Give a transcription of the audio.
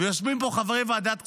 ויושבים פה חברי ועדת הכספים,